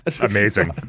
amazing